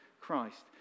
Christ